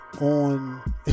on